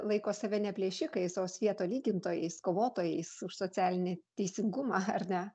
laiko save ne plėšikais o svieto lygintojais kovotojais už socialinį teisingumą ar ne